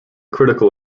critical